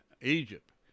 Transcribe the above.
Egypt